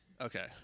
Okay